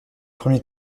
premiers